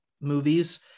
movies